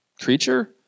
creature